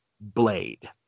blade